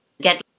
get